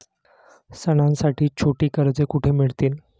सणांसाठी छोटी कर्जे कुठे मिळतील?